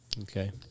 Okay